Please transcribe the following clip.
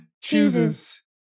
chooses